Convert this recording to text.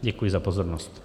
Děkuji za pozornost.